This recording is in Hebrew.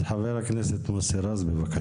אז חבר הכנסת מוסי רז, בבקשה.